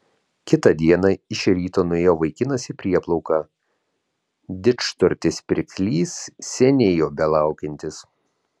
kitą dieną iš ryto nuėjo vaikinas į prieplauką didžturtis pirklys seniai jo belaukiantis